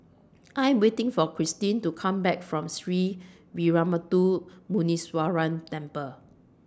I'm waiting For Kirstin to Come Back from Sree Veeramuthu Muneeswaran Temple